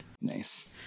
Nice